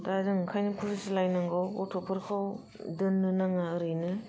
दा जों ओंखायनो बुजिलायनांगौ गथ'फोरखौ दोननो नाङा ओरैनो